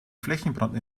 flächenbrand